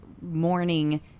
morning